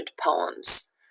poems